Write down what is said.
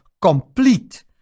complete